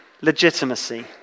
legitimacy